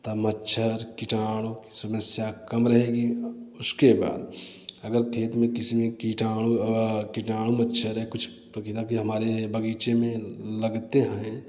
तो मच्छर कीटाणु की समस्या कम रहेगी उसके बाद खेत में कीटाणु कीटाणु मच्छर है कुछ कि हमारे बगीचे में लगते हैं